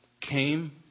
came